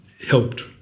helped